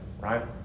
right